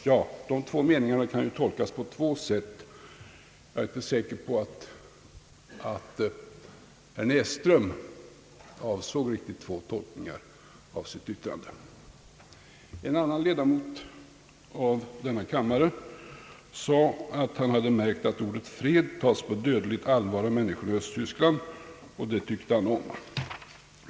Ja, dessa två meningar kan ju tolkas på två sätt. Jag är dock inte säker på att herr Näsström riktigt avsåg två tolkningar av sitt yttrande. En annan ledamot av denna kammare sade, att han hade märkt att ordet »fred» tas på dödligt allvar av människorna i Östtyskland och det tyckte han om.